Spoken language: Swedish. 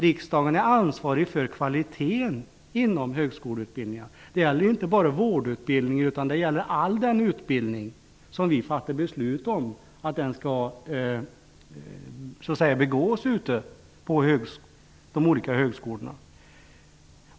Riksdagen är ju ansvarig för kvaliten inom högskoleutbildningar, och det gäller inte bara vårdutbildningar. Det gäller all den utbildning som vi här i riksdagen beslutat skall bedrivas på de olika högskolorna.